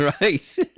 Right